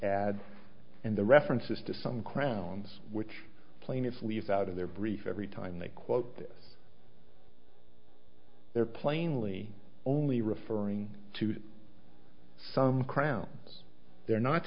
ad and the references to some crowns which plaintiffs leave out of their brief every time they quote their plainly only referring to some crowns they're not